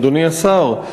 אדוני השר,